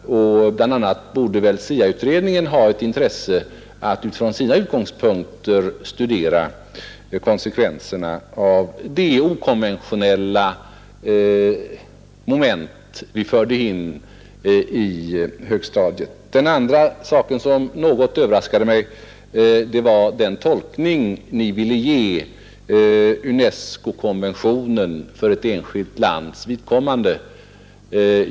Bl. a. borde väl SIA-utredningen ha intresse av att utifrån sina utgångspunkter studera konsekvenserna av det okonventionella moment vi förde in i högstadiet. Den andra sak som något överraskade mig var den tolkning som Ni ville ge UNESCO-konventionen för ett enskilt lands vidkommande.